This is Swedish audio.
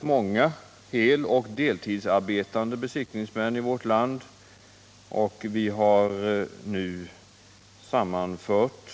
många heloch deltidsarbetande besiktningsmän i vårt land och att vi nu har sammanfört